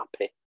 happy